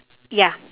ya